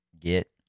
get